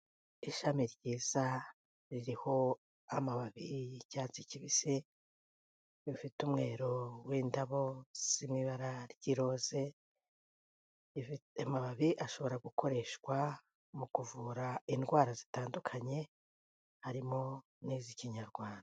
Ishami ryiza ririho amababi y'icyatsi kibisi, bifite umweru w'indabo ziri mu ibara ry'iroze, zifite amababi ashobora gukoreshwa mu kuvura indwara zitandukanye harimo n'iz'ikinyarwanda.